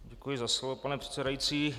Děkuji za slovo, pane předsedající.